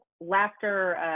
laughter